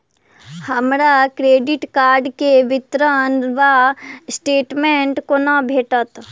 हमरा credit card केँ विवरण वा स्टेटमेंट कोना भेटत?